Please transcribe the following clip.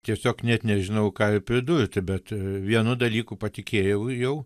tiesiog net nežinau ką pridurti bet vienu dalyku patikėjau jau